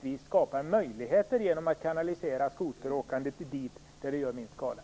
vi skapar möjligheter genom att kanalisera skoteråkandet dit där det gör minst skada.